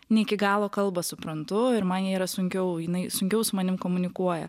ne iki galo kalbą suprantu ir man ji yra sunkiau jinai sunkiau su manim komunikuoja